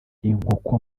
inkoko